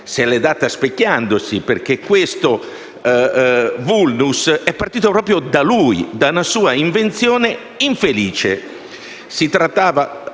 se l'è data specchiandosi, perché questo *vulnus* è partito proprio da lui e da una sua invenzione infelice,